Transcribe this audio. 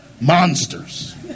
monsters